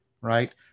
right